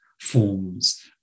forms